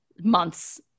months